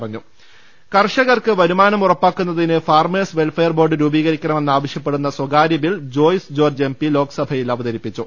ലലലലലലലലലലലലല കർഷകർക്ക് വരുമാനം ഉറ്പ്പാക്കുന്നതിന് ഫാർമേഴ്സ് വെൽഫെയർ ബോർഡ് രൂപീകരിക്കണമെന്നാവശ്യപ്പെ ടുന്ന സ്വകാര്യ ബിൽ ജോയ്സ് ജോർജ്ജ് എംപി ലോക്സ ഭയിൽ അവതരിപ്പിച്ചു